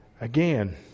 Again